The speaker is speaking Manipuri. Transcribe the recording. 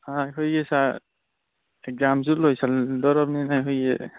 ꯑꯥ ꯑꯩꯈꯣꯏꯒꯤ ꯁꯥꯔ ꯑꯦꯛꯖꯥꯝꯁꯨ ꯂꯣꯏꯁꯤꯟ ꯗꯣꯔꯕꯅꯤꯅ ꯑꯩꯈꯣꯏꯒꯤ